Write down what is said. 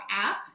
app